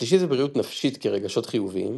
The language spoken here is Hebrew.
השלישי זה בריאות נפשית כרגשות חיוביים,